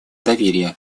доверия